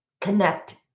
connect